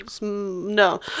No